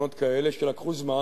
למסקנות כאלה שלקחו זמן?